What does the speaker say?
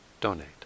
donate